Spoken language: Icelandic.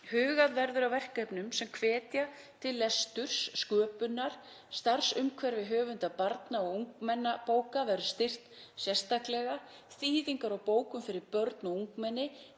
Hugað verður að verkefnum sem hvetja til lesturs og sköpunar, starfsumhverfi höfunda barna- og ungmennabóka verður styrkt sérstaklega, þýðingar á bókum fyrir börn og ungmenni,